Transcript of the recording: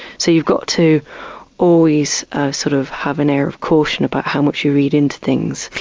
so you've got to always sort of have an air of caution about how much you read into things.